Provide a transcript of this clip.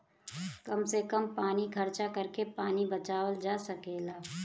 कम से कम पानी खर्चा करके पानी बचावल जा सकेला